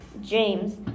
James